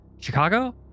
chicago